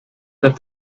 that